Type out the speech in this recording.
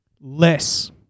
less